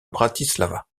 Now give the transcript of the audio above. bratislava